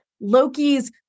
Loki's